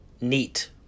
neat